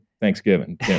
Thanksgiving